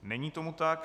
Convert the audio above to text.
Není tom tak.